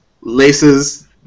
Laces